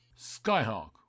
Skyhawk